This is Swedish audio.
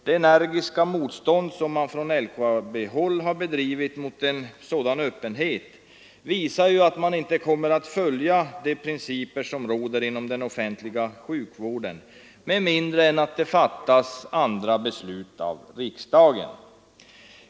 Det energiska motstånd som man från LKAB-håll har bedrivit mot en sådan öppenhet visar att man inte kommer att följa de principer som råder inom den offentliga sjukvården, med mindre det fattas andra beslut av riksdagen.